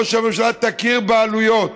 או שהממשלה תכיר בעלויות.